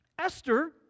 Esther